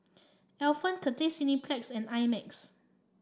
Alpen Cathay Cineplex and I Max